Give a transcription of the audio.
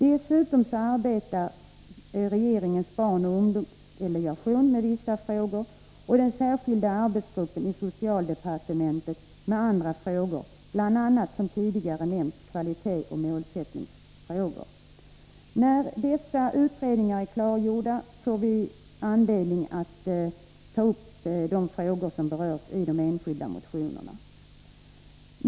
Dessutom arbetar regeringens barnoch ungdomsdelegation med vissa frågor och den särskilda arbetsgruppen i socialdepartementet med andra frågor, bl.a. som tidigare nämnts kvalitetsoch målsättningsfrågor. När dessa utredningar är klara, får vi anledning att ta upp de frågor som berörs i de enskilda motionerna.